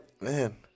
man